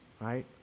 right